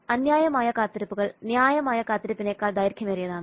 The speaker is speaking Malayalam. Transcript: അന്യായമായ കാത്തിരിപ്പുകൾ ന്യായമായ കാത്തിരിപ്പിനെക്കാൾ ദൈർഘ്യമേറിയതാണ്